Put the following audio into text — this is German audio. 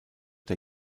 der